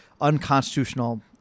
unconstitutional